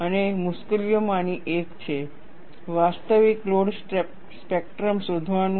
અને મુશ્કેલીઓમાંની એક છે વાસ્તવિક લોડ સ્પેક્ટ્રમ શોધવાનું